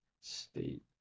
State